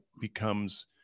becomes